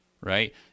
right